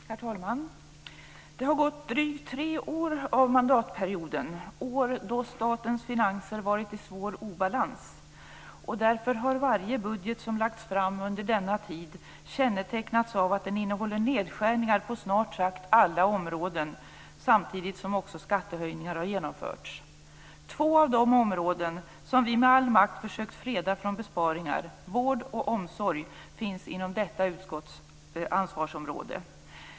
Herr talman! Det har gått drygt tre år av mandatperioden, år när statens finanser varit i svår obalans. Därför har varje budget som lagts fram under denna tid kännetecknats av nedskärningar på snart sagt alla områden, samtidigt som också skattehöjningar genomförts. Två av de områden som vi med all makt försökt freda från besparingar, vård och omsorg, finns inom detta utskotts ansvarsområde.